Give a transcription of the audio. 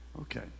Okay